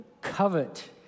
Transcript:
covet